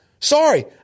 sorry